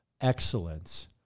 excellence